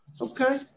Okay